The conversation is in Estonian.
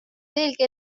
veelgi